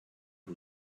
who